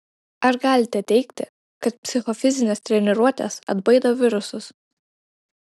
ar galite teigti kad psichofizinės treniruotės atbaido virusus